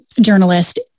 journalist